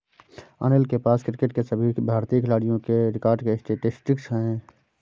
अनिल के पास क्रिकेट के सभी भारतीय खिलाडियों के रिकॉर्ड के स्टेटिस्टिक्स है